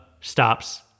stops